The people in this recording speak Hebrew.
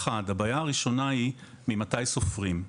הבעיה הראשונה היא ממתי סופרים?